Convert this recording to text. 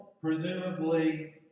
Presumably